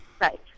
Right